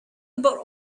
about